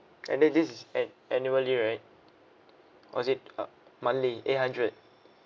and then this is ann~ annually right or is it uh monthly eight hundred